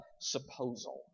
supposal